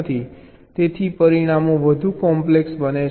તેથી પરિણામો વધુ કોમ્પ્લેક્સ બને છે